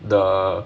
the